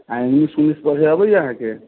आ इंग्लिश ऊंग्लिश पढ़े अबैया अहाँकेॅं